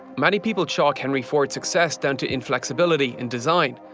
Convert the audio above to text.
many people chalk henry ford's success down to inflexibility in design.